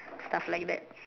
stuff like that